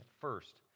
first